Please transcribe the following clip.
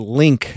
link